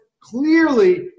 clearly